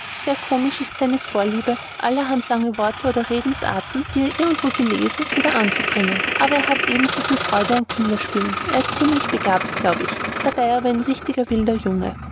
sehr komisch ist seine vorliebe allerhand lange wörter oder redensarten die er irgendwo gelesen wieder anzubringen aber er hat auch ebensoviel freude an kinderspielen er ist ziemlich begabt glaube ich dabei aber ein richtiger wilder junge